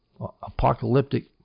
apocalyptic